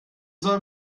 soll